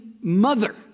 mother